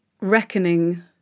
reckoning